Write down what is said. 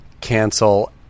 cancel